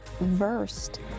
versed